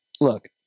Look